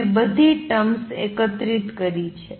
મેં બધી ટર્મસ એકત્રિત કરી છે